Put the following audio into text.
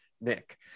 Nick